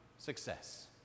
Success